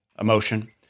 emotion